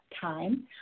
time